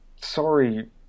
sorry